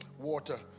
water